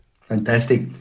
fantastic